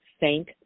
Thank